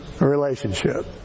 relationship